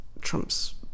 Trump's